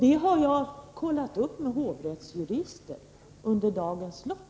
Det har jag kontrollerat med hovrättsjurister under dagens lopp.